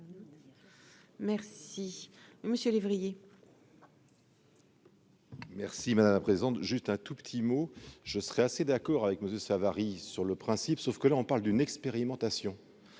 Merci monsieur lévrier.